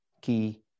key